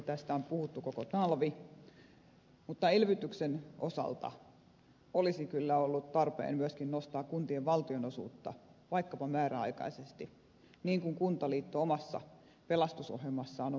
tästä on puhuttu koko talvi mutta elvytyksen osalta olisi kyllä ollut tarpeen myöskin nostaa kuntien valtionosuutta vaikkapa määräaikaisesti niin kuin kuntaliitto omassa pelastusohjelmassaan on myöskin esittänyt